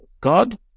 God